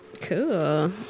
Cool